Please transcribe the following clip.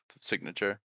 signature